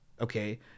okay